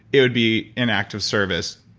it would be an act of service.